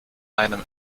einem